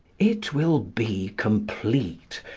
it will be complete,